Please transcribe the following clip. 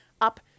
up